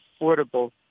affordable